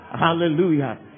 Hallelujah